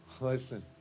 Listen